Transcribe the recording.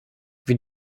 wir